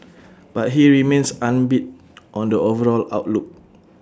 but he remains upbeat on the overall outlook